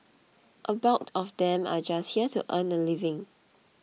a bulk of them are just here to earn a living